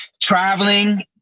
traveling